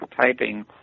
typing